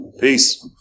Peace